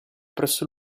presso